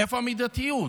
איפה המידתיות?